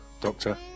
Doctor